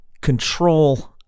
Control